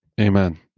Amen